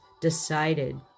decided